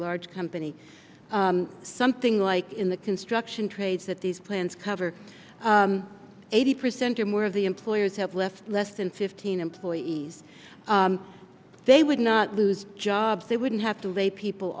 large company something like in the construction trades that these plans cover eighty percent or more of the employers have left less than fifteen employees they would not lose jobs they wouldn't have to lay people